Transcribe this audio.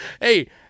Hey